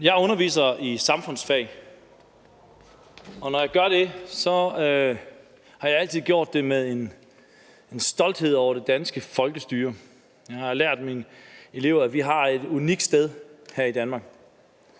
Jeg underviser i samfundsfag, og når jeg gør det, har jeg altid gjort det med en stolthed over det danske folkestyre. Jeg har lært mine elever, at vi har et unikt sted her i Danmark.